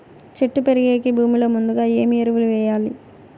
చెట్టు పెరిగేకి భూమిలో ముందుగా ఏమి ఎరువులు వేయాలి?